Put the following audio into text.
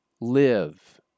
live